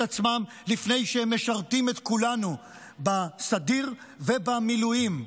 עצמם לפני שהם משרתים את כולנו בסדיר ובמילואים,